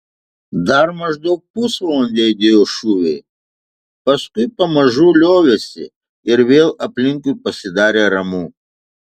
dar maždaug pusvalandį aidėjo šūviai paskui pamažu liovėsi ir vėl aplinkui pasidarė ramu